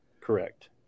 correct